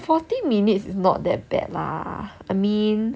forty minutes it's not that bad lah I mean